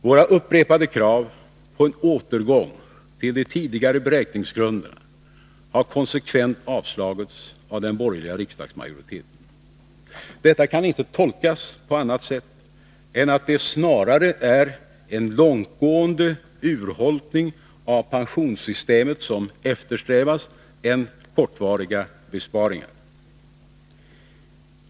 Våra upprepade krav på en återgång till de tidigare beräkningsgrunderna har konsekvent avslagits av den borgerliga riksdagsmajoriteten. Detta kan inte tolkas på annat sätt än att det är en långtgående urholkning av pensionssystemet snarare än kortvariga besparingar som eftersträvas.